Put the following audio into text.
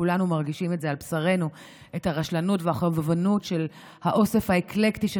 כולנו מרגישים על בשרנו את הרשלנות והחובבנות של האוסף האקלקטי של